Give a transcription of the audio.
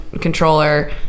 controller